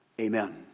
Amen